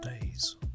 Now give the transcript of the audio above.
days